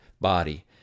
body